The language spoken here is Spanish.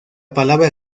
palabra